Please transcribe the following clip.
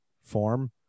form